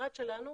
המשרד שלנו,